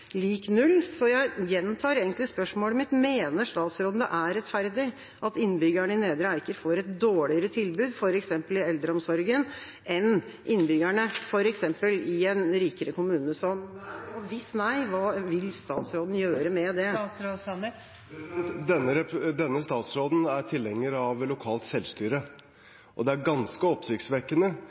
lik null, så jeg gjentar egentlig spørsmålet mitt: Mener statsråden det er rettferdig at innbyggerne i Nedre Eiker får et dårligere tilbud, f.eks. i eldreomsorgen, enn innbyggerne i en rikere kommune, som Bærum? Og hvis nei: Hva vil statsråden gjøre med det? Denne statsråden er tilhenger av lokalt selvstyre, og det er ganske oppsiktsvekkende